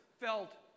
felt